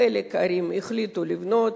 חלק מהערים החליטו לבנות,